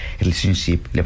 relationship